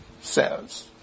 says